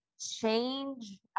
change